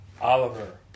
Oliver